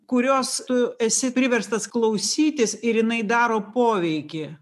kurios tu esi priverstas klausytis ir jinai daro poveikį